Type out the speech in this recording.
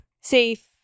safe